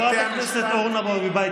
חברת הכנסת אורנה ברביבאי,